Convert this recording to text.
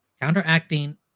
counteracting